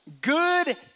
Good